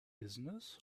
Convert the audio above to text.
business